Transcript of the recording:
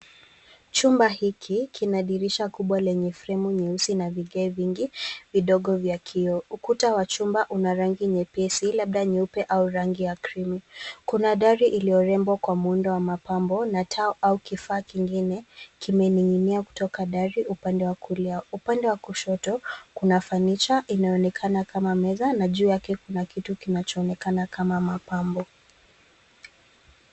Chumba hiki kina dirisha kubwa lenye fremu nyeusi na vigae vingi vidogo vya kioo. Ukuta wa chumba una rangi nyepesi labda nyeupe au rangi ya cream .Kuna dari iliyorembo kwa muundo wa mapambo na taa au kifaa kingine kimening'inia kutoka dari upande wa kulia. Upande wa kushoto kuna fenicha inaonekana kama meza na juu yake kuna kitu kinachoonekana kama mapambo.